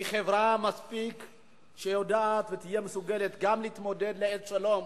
היא חברה שיודעת מספיק ותהיה מסוגלת גם להתמודד לעת שלום,